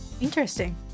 interesting